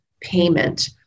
payment